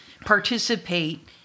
participate